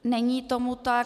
Není tomu tak.